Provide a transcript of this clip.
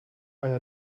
einer